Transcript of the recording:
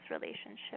relationship